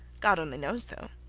god only knows though.